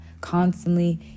constantly